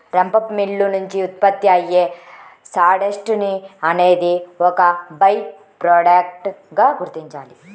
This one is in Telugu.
రంపపు మిల్లు నుంచి ఉత్పత్తి అయ్యే సాడస్ట్ ని అనేది ఒక బై ప్రొడక్ట్ గా గుర్తించాలి